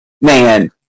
man